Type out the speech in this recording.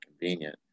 convenient